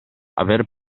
aver